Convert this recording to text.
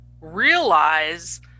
realize